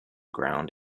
ground